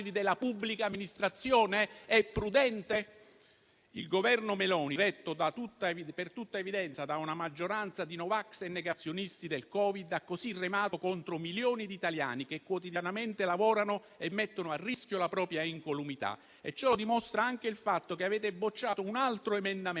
della pubblica amministrazione? Lo è? Il Governo Meloni, retto per tutta evidenza da una maggioranza di no vax e negazionisti del Covid, ha così remato contro milioni di italiani che lavorano quotidianamente mettendo a rischio la propria incolumità. Lo dimostra anche il fatto che avete respinto un altro emendamento,